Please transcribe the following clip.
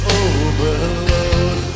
overload